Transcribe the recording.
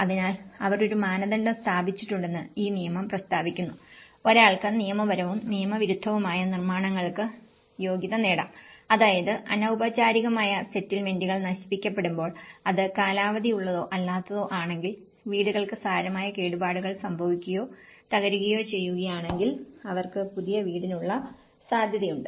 അതിനാൽ അവർ ഒരു മാനദണ്ഡം സ്ഥാപിച്ചിട്ടുണ്ടെന്ന് ഈ നിയമം പ്രസ്താവിക്കുന്നു ഒരാൾക്ക് നിയമപരവും നിയമവിരുദ്ധവുമായ നിർമ്മാണങ്ങൾക്ക് യോഗ്യത നേടാം അതായത് അനൌപചാരികമായ സെറ്റിൽമെന്റുകൾ നശിപ്പിക്കപ്പെടുമ്പോൾ അത് കാലാവധിയുള്ളതോ അല്ലാത്തതോ ആണെങ്കിൽ വീടുകൾക്ക് സാരമായ കേടുപാടുകൾ സംഭവിക്കുകയോ തകരുകയോ ചെയ്യുകയാണെങ്കിൽ അവർക്ക് പുതിയ വീടിനുള്ള യോഗ്യതയുണ്ട്